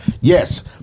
Yes